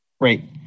Great